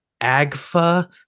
AGFA